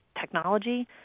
technology